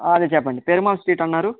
ఆ అదే చెప్పండి పెరుమాళ్ స్ట్రీట్ అన్నారు